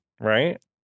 Right